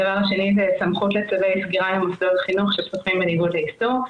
דבר שני זה סמכות לצווי סגירה במוסדות חינוך שפתוחים באיסור.